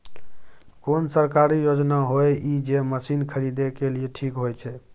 कोन सरकारी योजना होय इ जे मसीन खरीदे के लिए ठीक होय छै?